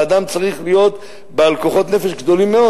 אדם צריך להיות בעל כוחות נפש גדולים מאוד